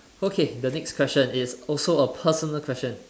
okay the next question is also a personal question